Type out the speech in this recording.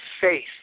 faith